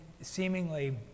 seemingly